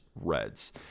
Reds